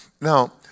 Now